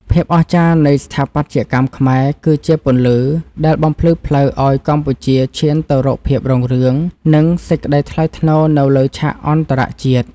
ភាពអស្ចារ្យនៃស្ថាបត្យកម្មខ្មែរគឺជាពន្លឺដែលបំភ្លឺផ្លូវឱ្យកម្ពុជាឈានទៅរកភាពរុងរឿង និង សេចក្តីថ្លៃថ្នូរនៅលើឆាកអន្តរជាតិ។